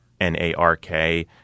N-A-R-K